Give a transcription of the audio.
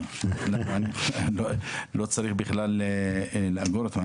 לא צריך בכלל לאגור אותו.